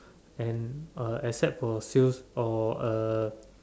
and uh except for sales or uh